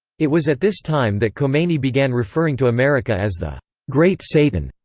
it was at this time that khomeini began referring to america as the great satan.